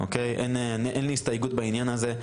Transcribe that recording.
אין לי הסתייגות בעניין הזה,